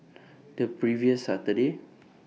The previous Saturday